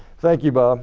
thank you, bob.